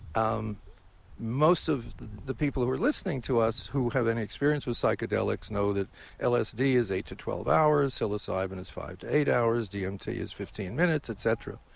um most of the people who are listening to us who have any experience with psychedelics know that lsd is eight to twelve hours. psilocybin is five to eight hours. dmt is fifteen minutes, etcetera.